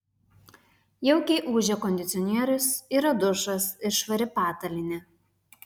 jaukiai ūžia kondicionierius yra dušas ir švari patalynė